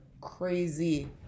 crazy